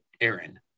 Aaron